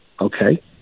okay